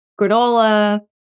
granola